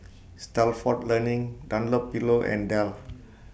Stalford Learning Dunlopillo and Dell